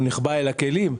הוא נחבא אל הכלים,